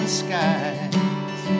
skies